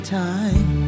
time